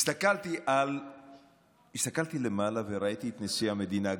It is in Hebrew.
הסתכלתי למעלה וראיתי את נשיא המדינה,